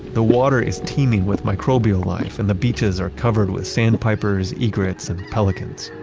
the water is teaming with microbial life, and the beaches are covered with sandpipers, egrets and pelicans.